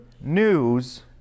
news